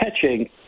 catching